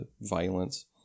violence